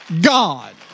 God